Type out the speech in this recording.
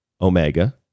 Omega